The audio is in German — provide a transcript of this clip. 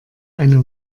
eine